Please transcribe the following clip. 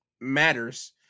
matters